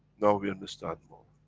now we understand more,